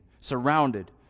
surrounded